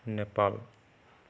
Nepal